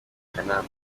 akanama